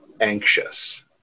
anxious